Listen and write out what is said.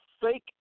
fake